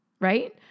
Right